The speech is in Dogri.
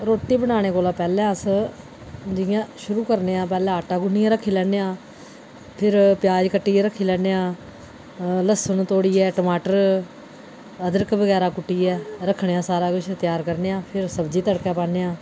रुट्टी बनाने कोला पैह्लैं अस जि'यां शुरू करने आं पैह्लें आटा गुन्नियै रक्खी लैन्ने आं फिर प्याज कट्टियै रक्खी लैन्ने आं लह्सन तोड़ियै टमाटर अदरक बगैरा कुट्टियै रक्खने आं सारा किश त्यार करने आं फ्ही सब्जी तड़कै पान्ने आं